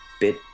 bit